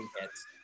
hits